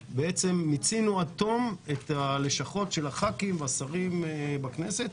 שמיצינו עד תום את הלשכות של חברי הכנסת והשרים בכנסת.